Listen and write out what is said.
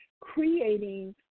creating